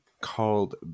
called